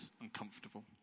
uncomfortable